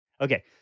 Okay